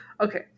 okay